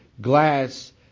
glass